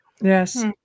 Yes